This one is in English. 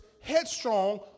headstrong